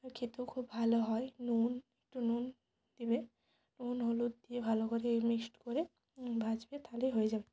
আর খেতেও খুব ভালো হয় নুন একটু নুন দিলে নুন হলুদ দিয়ে ভালো করে মিক্সড করে ভাজবে তাহলেই হয়ে যাবে